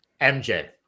MJ